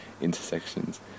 intersections